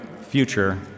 future